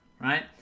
right